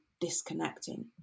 disconnecting